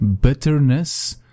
bitterness